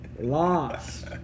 Lost